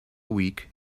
week